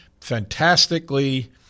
fantastically